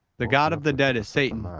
the god of the dead is satan.